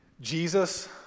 Jesus